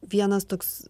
vienas toks